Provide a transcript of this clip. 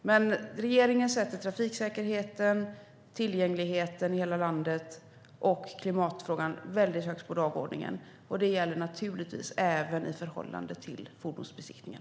Men regeringen sätter trafiksäkerheten, tillgängligheten i hela landet och klimatfrågan väldigt högt på dagordningen. Det gäller naturligtvis även i förhållande till fordonsbesiktningen.